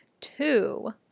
Two